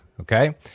okay